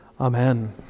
Amen